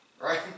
right